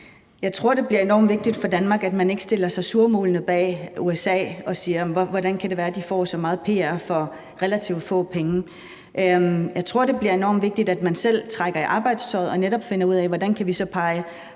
Jeg tror, det bliver enormt vigtigt for Danmark, at man ikke stiller sig surmulende bag USA og siger: Hvordan kan det være, de får så meget pr for relativt få penge? Jeg tror, det bliver enormt vigtigt, at man selv trækker i arbejdstøjet og netop finder ud af, hvordan vi så både